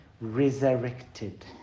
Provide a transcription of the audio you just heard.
resurrected